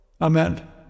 Amen